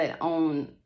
on